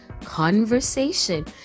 Conversation